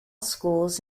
schools